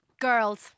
Girls